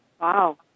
Wow